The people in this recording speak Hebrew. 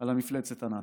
על המפלצת הנאצית.